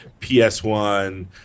PS1